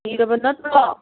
ꯏꯔꯕ ꯅꯠꯇ꯭ꯔꯣ